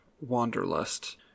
wanderlust